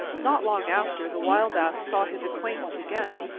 not long after the wild ass saw his acquaintance again,